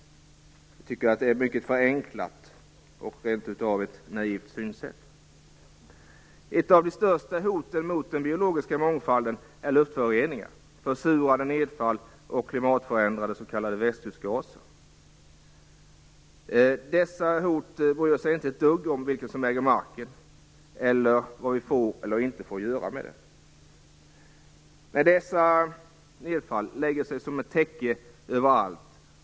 Jag tycker att det är ett mycket förenklat och rent av naivt synsätt. Ett av de största hoten mot den biologiska mångfalden är luftföroreningar, försurande nedfall och klimatförändrande s.k. växthusgaser. Dessa hot bryr sig inte ett dugg om vem som äger marken eller vad vi får eller inte får göra i dessa områden. Nej, dessa nedfall lägger sig som ett täcke över allt.